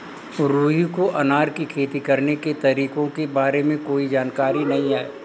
रुहि को अनार की खेती करने के तरीकों के बारे में कोई जानकारी नहीं है